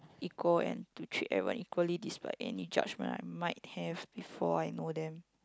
equal and to treat everyone equally despite any judgement I might have before I know them